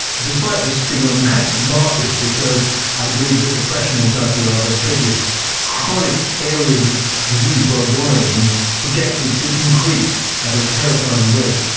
despite this being a massive market because i believe that depression and anxiety are the biggest chronic areas of disease worldwide and projected to increase at a terrifying rate.